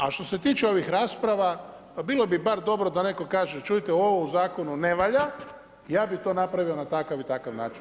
A što se tiče ovih rasprava, pa bilo bi bar dobro da netko kaže, čujte, ovo u Zakonu ne valja, ja bih to napravio na takav i takav način.